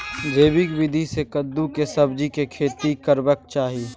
जैविक विधी से कद्दु के सब्जीक खेती करबाक चाही?